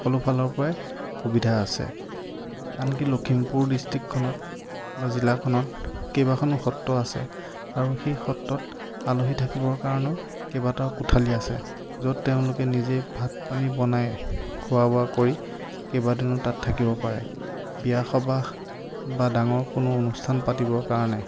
সকলো ফালৰ পৰাই সুবিধা আছে আনকি লখিমপুৰ ডিষ্ট্ৰিক্টখনত বা জিলাখনত কেইবাখনো সত্ৰ আছে আৰু সেই সত্ৰত আলহী থাকিবৰ কাৰণেও কেইবাটাও কোঠালি আছে য'ত তেওঁলোকে নিজে ভাত পানী বনাই খোৱা বোৱা কৰি কেইবাদিনো তাত থাকিব পাৰে বিয়া সবাহ বা ডাঙৰ কোনো অনুষ্ঠান পাতিবৰ কাৰণে